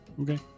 Okay